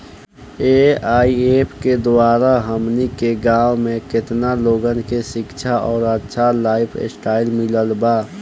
AIF के द्वारा हमनी के गांव में केतना लोगन के शिक्षा और अच्छा लाइफस्टाइल मिलल बा